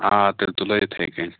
آ تیٚلہِ تُلو یِتھٕے کَنۍ